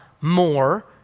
more